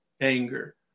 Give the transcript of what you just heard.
anger